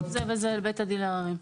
להגיש ערר לפי זה וזה לבית הדין לעררים.